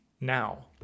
now